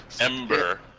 Ember